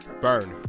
Burn